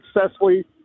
successfully